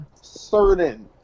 certain